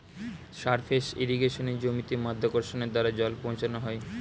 surface ইর্রিগেশনে জমিতে মাধ্যাকর্ষণের দ্বারা জল পৌঁছানো হয়